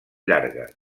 llargues